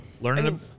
Learning